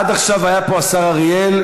עד עכשיו היה פה השר אריאל,